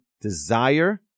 desire